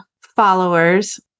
followers